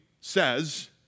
says